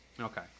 Okay